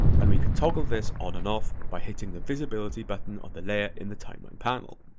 and we can toggle this on and off by hitting the visibility button on the layer in the timeline panel.